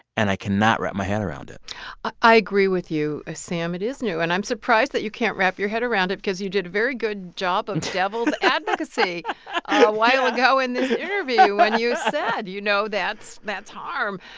and i cannot wrap my head around it i agree with you, ah sam. it is new, and i'm surprised that you can't wrap your head around it because you did a very good job of devil's advocacy a while ago in this interview when you said, you know, that's that's harm.